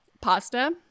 pasta